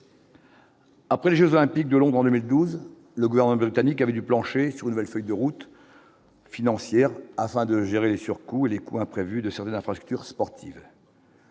Après je olympiques de Londres en 2012, le gouvernement britannique avait dû plancher sur une belle feuille de route financière afin de gérer les surcoûts et les coûts imprévus de sur la fracture sportive.